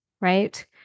right